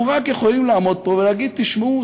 אנחנו רק יכולים לעמוד פה ולהגיד: תשמעו,